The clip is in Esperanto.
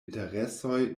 interesoj